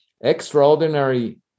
extraordinary